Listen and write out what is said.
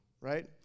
right